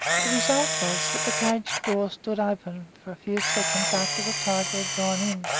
the result was that the cage door stood open for a few seconds after the tiger gone in.